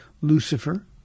Lucifer